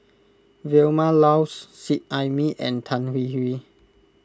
Vilma Laus Seet Ai Mee and Tan Hwee Hwee